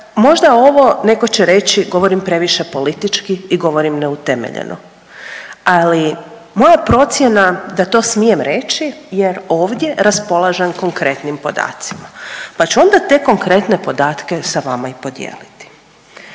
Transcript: možda ovo, netko će reći, govorim previše politički i govorim neutemeljeno. Ali, moja procjena da to smije reći jer ovdje raspolažem konkretnim podacima. Pa ću onda te konkretne podatke sa vama i podijeliti.